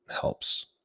helps